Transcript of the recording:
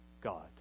God